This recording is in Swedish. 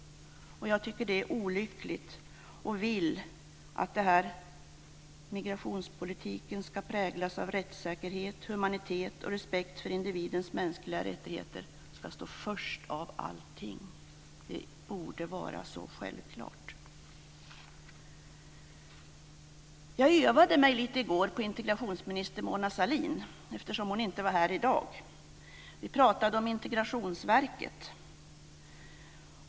Jag tycker att det är olyckligt och vill att detta, migrationspolitiken ska präglas av rättssäkerhet, humanitet och respekt för individens mänskliga rättigheter, ska stå först av allt. Det borde vara så självklart. Jag övade mig lite i går på integrationsminister Mona Sahlin, eftersom hon inte skulle vara här i dag. Vi pratade om Integrationsverket.